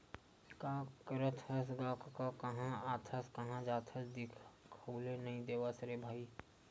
का करत हस गा कका काँहा आथस काँहा जाथस दिखउले नइ देवस रे भई?